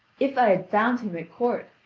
if i had found him at court,